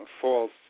false